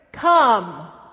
come